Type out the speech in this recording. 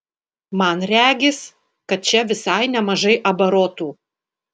man regis kad čia visai nemažai abarotų